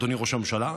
אדוני ראש הממשלה,